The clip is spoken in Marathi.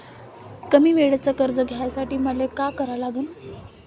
कमी वेळेचं कर्ज घ्यासाठी मले का करा लागन?